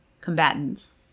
combatants